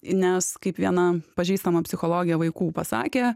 nes kaip viena pažįstama psichologė vaikų pasakė